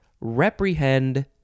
reprehend